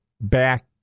back